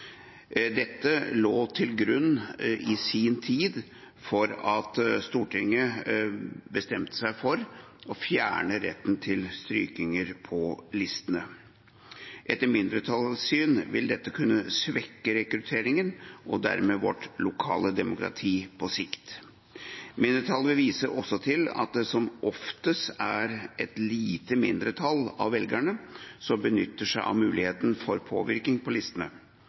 Dette lå i sin tid til grunn for at Stortinget bestemte seg for å fjerne retten til strykninger på listene. Etter mindretallets syn vil dette kunne svekke rekrutteringen og dermed vårt lokale demokrati på sikt. Mindretallet viser også til at det som oftest er et lite mindretall av velgerne som benytter seg av muligheten til påvirkning på listene.